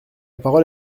parole